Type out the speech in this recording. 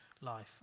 life